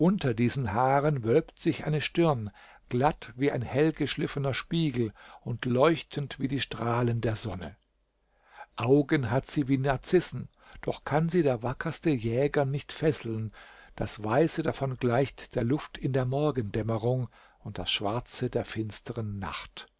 diesen haaren wölbt sich eine stirn glatt wie ein hellgeschliffener spiegel und leuchtend wie die strahlen der sonne augen hat sie wie narzissen doch kann sie der wackerste jäger nicht fesseln das weiße davon gleicht der luft in der morgendämmerung und das schwarze der finstern nacht